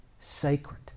sacred